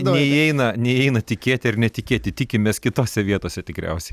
neįeina neįeina tikėti ir netikėti tikimės kitose vietose tikriausiai